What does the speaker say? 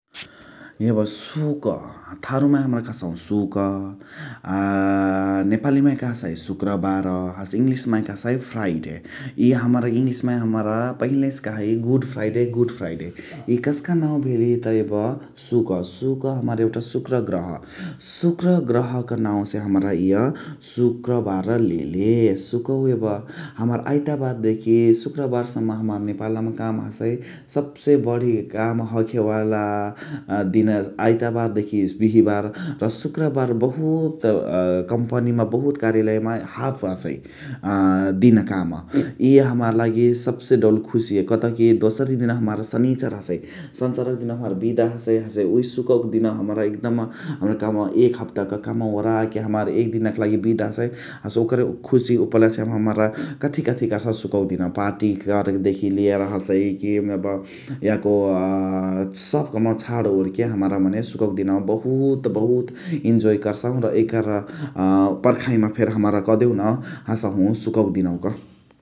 यब सुक, थारु माहे हमरा कह्सहु सुक नेपाली माहे कह्सइ सुक्रबार हसे इङ्लिश माने कह्सइ इङ्लिश माने । इ हमरा इङ्लिश माने हमरा पहिलही से कहाँइ गुड इङ्लिश गुड इङ्लिश । इ कस्का नाउ भेलिय त यब सुक्, सुक हमार यउठा सुक्र गर्ह । सुक्र गर्ह क नाउ से हमरा इय सुक्रबार लेले, सुकउवा यब हमार आइतबार देखी सुक्रबार सम्म हमार नेपाल मा काम हसइ । सब्से बणी काम हखेवाला दिन आइतबार देखी बिहिबार र सुक्रबार बहुत कम्पनी मा बहुत कार्यलय मा हाफ हसइ दिन काम । इय हमार लागी सब्से दउल खुशी, कतउकी दोसरी दिनवा हमार सनिचार हसइ। सन्चरवा क दिनवा हमार बिदा हसइ हसे उहे सुकउ हमरा एक दम कमवा ओराके एक हप्ता क कमवा ओराके हमार एक दिन क लागी बिदा हसइ हसे ओकरे खुशी उपलछे मा हमरा कथी कथी कर्सहु सुकवा क दिनवा पाटी करा के देखी लेर हसइकी याको सब कमवा छाडओड के हमरा मने सुकवा क दिनवा बहुत बहुते इन्जोइ कइसहु । एकरा पर्खाइ मा फेरी कदेउन हसहु सुकवा दिनवा क ।